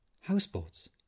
Houseboats